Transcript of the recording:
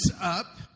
up